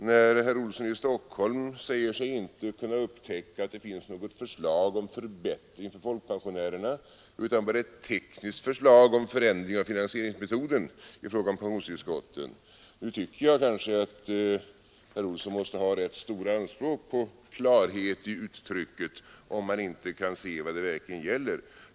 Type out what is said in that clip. När herr Olsson i Stockholm säger sig inte kunna upptäcka att vi har något förslag om förbättring för folkpensionärerna utan bara ett tekniskt förslag om förändring av finansieringsmetoden i fråga om pensionstillskotten tycker jag att herr Olsson måste ha rätt stora anspråk på klarhet i uttrycket om han inte kan se vad det verkligen gäller.